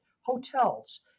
Hotels